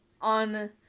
on